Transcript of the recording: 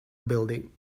building